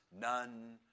none